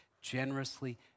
generously